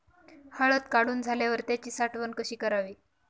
हळद काढून झाल्यावर त्याची साठवण कशी करावी?